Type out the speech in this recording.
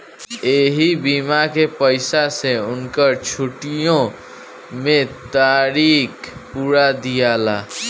ऐही बीमा के पईसा से उनकर छुट्टीओ मे तारीख पुरा दियाला